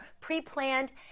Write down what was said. pre-planned